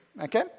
okay